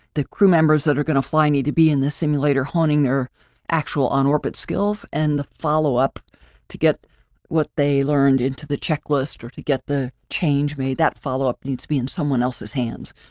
the crew members have that are going to fly need to be in the simulator honing their actual on orbit skills and the follow up to get what they learned into the checklist, or to get the change made that follow up needs to be in someone else's hands.